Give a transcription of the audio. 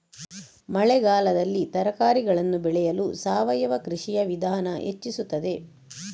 ಮಳೆಗಾಲದಲ್ಲಿ ತರಕಾರಿಗಳನ್ನು ಬೆಳೆಯಲು ಸಾವಯವ ಕೃಷಿಯ ವಿಧಾನ ಹೆಚ್ಚಿಸುತ್ತದೆ?